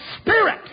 spirit